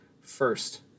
first